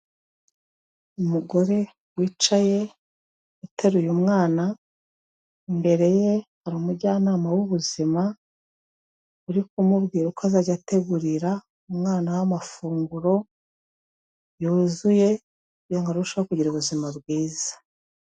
Umugore wicaye uteruye umwana imbere ye hari umujyanama w'ubuzima uri kumubwira uko azajya ategurira umwana we amafunguro yuzuye kugira ngo arusheho kugira ubuzima bwiza.